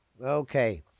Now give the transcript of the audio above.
Okay